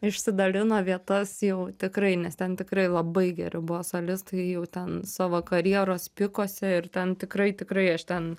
išsidalino vietas jau tikrai nes ten tikrai labai geri buvo solistai jau ten savo karjeros pikuose ir ten tikrai tikrai aš ten